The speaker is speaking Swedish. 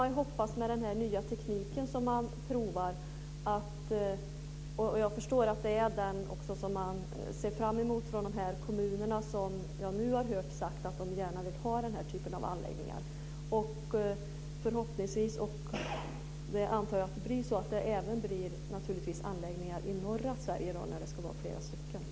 Man provar nu teknik, och jag förstår att de kommuner som sagt att de nu gärna vill ha en sådan här anläggning ser fram emot den. Jag hoppas att det blir anläggningar även i norra Sverige om flera sådana kommer till stånd.